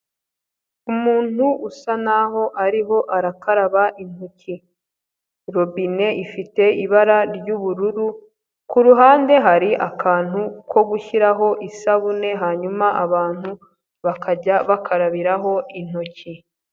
Umuntu usa nkaho ariho arakaraba intoki, robine ifite ibara ry'ubururu, ku ruhande hari akantu ko gushyiraho isabune hanyuma abantu bakajya bakarabiraho intoki.